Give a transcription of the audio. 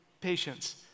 patience